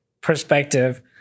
perspective